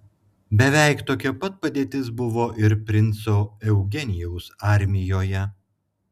beveik tokia pat padėtis buvo ir princo eugenijaus armijoje